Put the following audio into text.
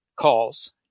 calls